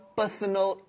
personal